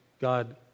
God